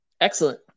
Excellent